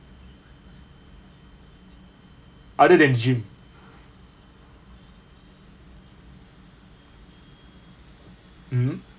other than gym mmhmm